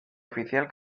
oficial